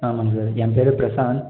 ஆமாம் சார் என் பேர் பிரசாந்த்